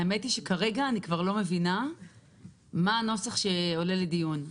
האמת היא שכרגע אני כבר לא מבינה מה הנוסח שעולה לדיון.